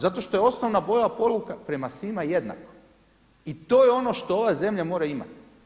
Zato što je osnovna … poruka, prema svima jednako i to je ono što ova zemlja mora imati.